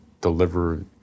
deliver